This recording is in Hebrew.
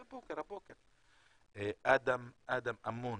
אדם אמון